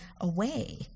away